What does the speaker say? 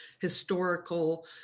historical